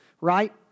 Right